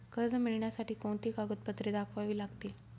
कर्ज मिळण्यासाठी कोणती कागदपत्रे दाखवावी लागतील?